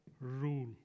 rule